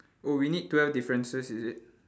oh we need twelve differences is it